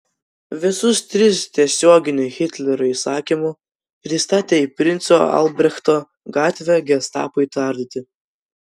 visus tris tiesioginiu hitlerio įsakymu pristatė į princo albrechto gatvę gestapui tardyti